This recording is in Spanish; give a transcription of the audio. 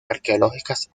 arqueológicas